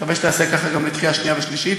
נקווה שתעשה ככה גם בקריאה שנייה ושלישית.